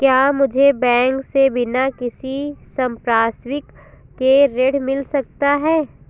क्या मुझे बैंक से बिना किसी संपार्श्विक के ऋण मिल सकता है?